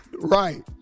Right